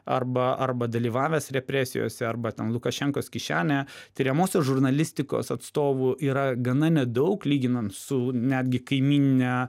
arba arba dalyvavęs represijose arba ten lukašenkos kišenėje tiriamosios žurnalistikos atstovų yra gana nedaug lyginant su netgi kaimynine